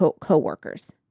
co-workers